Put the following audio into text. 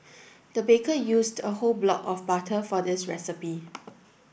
the baker used a whole block of butter for this recipe